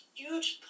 huge